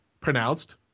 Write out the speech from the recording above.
pronounced